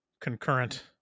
concurrent